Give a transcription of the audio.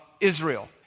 Israel